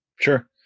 Sure